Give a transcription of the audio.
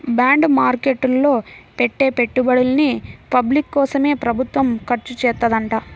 bond market లో పెట్టే పెట్టుబడుల్ని పబ్లిక్ కోసమే ప్రభుత్వం ఖర్చుచేత్తదంట